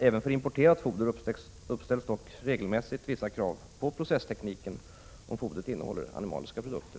Även för importerat foder uppställs dock regelmässigt vissa krav på processtekniken, om fodret innehåller animaliska produkter.